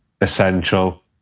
essential